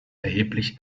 erheblich